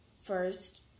first